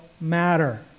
matter